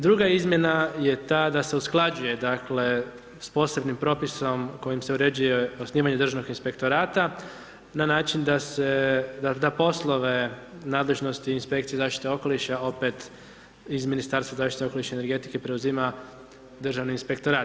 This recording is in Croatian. Druga izmjena je ta da se usklađuje dakle, s posebnim propisom, kojim se uređuje osnivanje državnog inspektorat na način da se, da poslove nadležnosti inspekcije zaštite okoliša opet iz Ministarstva zaštite okoliša i energetike preuzima inspektorat.